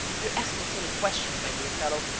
you're asking silly questions, my dear fellow!